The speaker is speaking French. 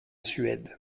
suède